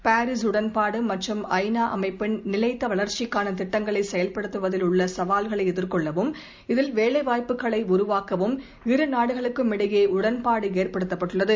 Paris உடன்பாடு மற்றும் ஐ நா அமைப்பின் நிலைத்த வளர்ச்சிக்கான திட்டங்களை செயல்படுத்துவதில் உள்ள சவால்களை எதிர்கொள்ளவும் இதில் வேலைவாய்ப்புகளை உருவாக்கவும் இரு நாடுகளுக்கும் இடையே உடன்பாடு ஏற்படுத்தப்பட்டுள்ளது